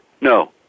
no